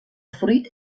fruit